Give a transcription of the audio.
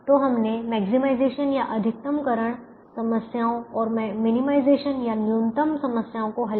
तो हमने मैक्सीमाइजेशन अधिकतमकरण समस्याओं और मिनिमाइजेशन न्यूनतम समस्याओं को हल किया